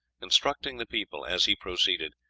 instructing the people, as he proceeded,